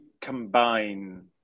combine